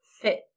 fit